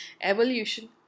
evolution